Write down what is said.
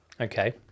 Okay